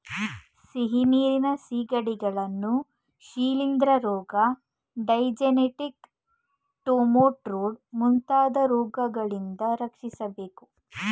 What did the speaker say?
ಸಿಹಿನೀರಿನ ಸಿಗಡಿಗಳನ್ನು ಶಿಲಿಂದ್ರ ರೋಗ, ಡೈಜೆನೆಟಿಕ್ ಟ್ರೆಮಾಟೊಡ್ ಮುಂತಾದ ರೋಗಗಳಿಂದ ರಕ್ಷಿಸಬೇಕು